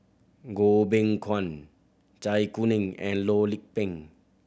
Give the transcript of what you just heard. Goh Beng Kwan Zai Kuning and Loh Lik Peng